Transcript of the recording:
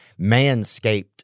Manscaped